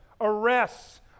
arrests